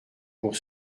pour